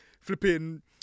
flipping